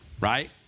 Right